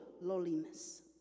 lowliness